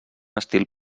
estil